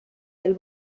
del